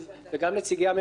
וגם נציגי הממשלה,